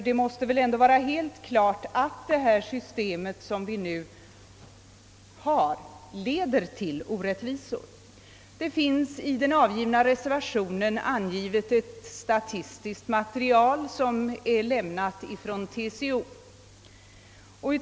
Det måste väl ändå vara helt klart att det system som vi nu har leder till orättvisor. I reservationen redovisas ett statistiskt material som är lämnat ifrån TCO.